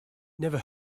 never